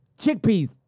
chickpeas